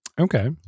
okay